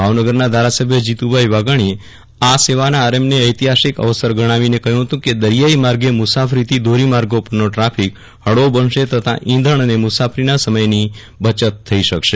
ભાવનગરના ધારાસભ્ય જીત્તભાઇ વાઘાજીએ આ સેવાના આરંભને ઐતિહાસિક અવસર ગજ્ઞાવીને કહ્યું હતું કે દરિયાઇ માર્ગે મુસાફરીથી ધોરીમાર્ગો પરનો ટ્રાફિક હળવો બનશે તથા ઈંધજ્ઞ અને મુસાફરીના સમયની બચત થઇ શકશે